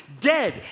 dead